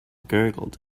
gurgled